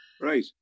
right